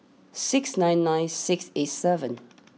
six nine nine six eight seven